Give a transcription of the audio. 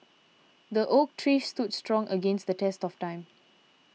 the oak tree stood strong against the test of time